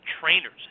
trainers